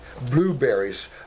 Blueberries